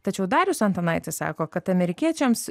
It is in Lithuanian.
tačiau darius antanaitis sako kad amerikiečiams